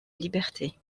liberté